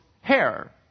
hair